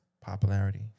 popularity